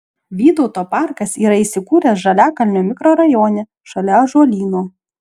vytauto parkas yra įsikūręs žaliakalnio mikrorajone šalia ąžuolyno